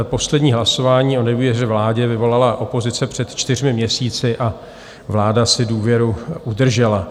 Poslední hlasování o nedůvěře vládě vyvolala opozice před čtyřmi měsíci a vláda si důvěru udržela.